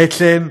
בעצם,